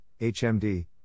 HMD